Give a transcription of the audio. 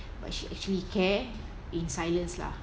but she actually care in silence lah